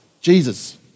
Jesus